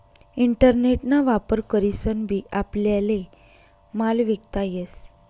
internet ना वापर करीसन बी आपल्याले माल विकता येस